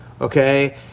Okay